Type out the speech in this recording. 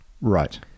Right